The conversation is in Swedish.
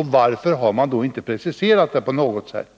Och varför har man i så fallinte preciserat det på något sätt?